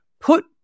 put